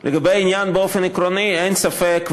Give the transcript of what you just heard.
אין ספק,